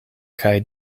kaj